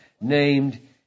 named